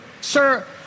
Sir